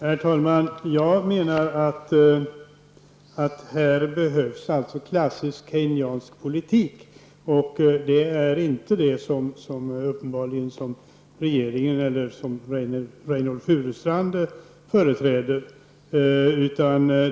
Herr talman! Jag menar att det här behövs klassiskt keyriesiansk politik. Det är uppenbarligen inte det som regeringen eller Reynoldh Furustrand företräder.